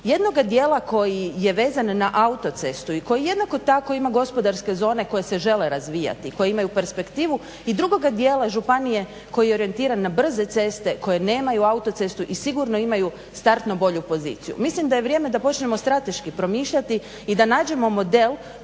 Jednoga dijela koji je vezan na autocestu i koji jednako tako ima gospodarske zone koje se žele razvijati i koje imaju perspektivu i drugoga dijela županije koji je orijentiran na brze ceste koje nemaju autocestu i sigurno imaju startno bolju poziciju. Mislim da je vrijeme da počnemo strateški promišljati i da nađemo model